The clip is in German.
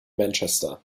manchester